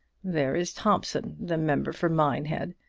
there is thompson, the member for minehead,